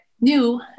new